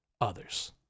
others